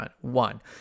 one